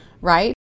right